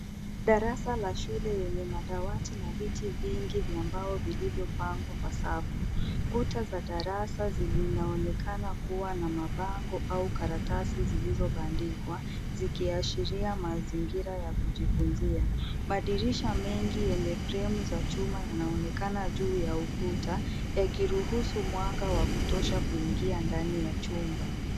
Darasa la shule yenye madawati na viti vingi vya mbao vilivyopangwa kwa safu. Kuta za darasa zinaonekana kuwa na mabango au karatasi zilizobandikwa, zikiashiria mazingira ya kujifunzia. Madirisha mengi yenye fremu za chuma yanaonekana juu ya ukuta, yakiruhusu mwanga wa kutosha kuingia ndani ya chumba.